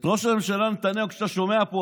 את ראש הממשלה נתניהו כשאתה שומע פה,